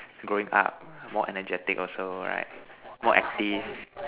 growing up more energetic also right more active